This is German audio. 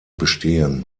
bestehen